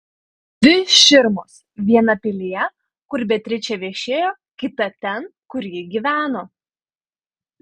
dvi širmos viena pilyje kur beatričė viešėjo kita ten kur ji gyveno